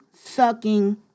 sucking